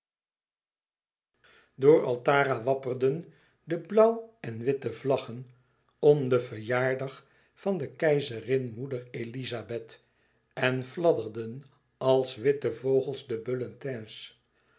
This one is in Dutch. door altara wapperden de blauw en witte vlaggen om den verjaardag van de keizerin moeder elizabeth en fladderden als witte vogels de bulletins